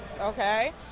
Okay